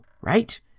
right